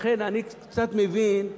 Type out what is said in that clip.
לכן אני קצת מבין,